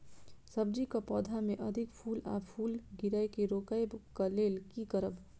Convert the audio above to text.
सब्जी कऽ पौधा मे अधिक फूल आ फूल गिरय केँ रोकय कऽ लेल की करब?